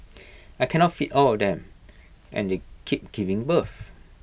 I cannot feed all of them and they keep giving birth